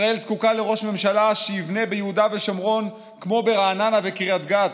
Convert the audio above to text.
ישראל זקוקה לראש ממשלה שיבנה ביהודה ושומרון כמו ברעננה וקריית גת,